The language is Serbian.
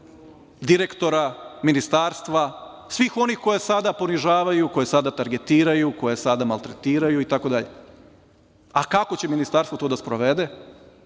direktora, ministarstva, svih onih koje sada ponižavaju, koje sada targetiraju, koje sada maltretiraju, itd. Kako će ministarstvo to da sprovede,